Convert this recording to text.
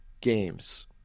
games